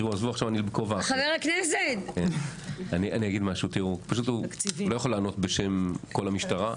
תיראו, הוא לא יכול לענות בשם כל המשטרה,